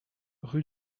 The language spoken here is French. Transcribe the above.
rue